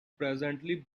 presently